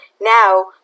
now